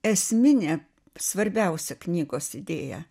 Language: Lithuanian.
esminė svarbiausia knygos idėja